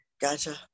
Gotcha